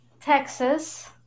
Texas